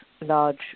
large